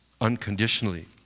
unconditionally